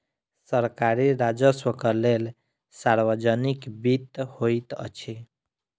सरकारी राजस्वक लेल सार्वजनिक वित्त होइत अछि